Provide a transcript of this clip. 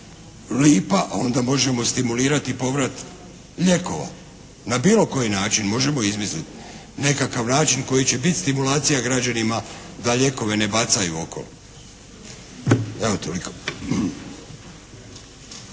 lipa, onda možemo stimulirati i povrat lijekova na bilo koji način. Možemo izmisliti nekakav način koji će bit stimulacija građanima da lijekove ne bacaju okolo. Evo, toliko.